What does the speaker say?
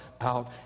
out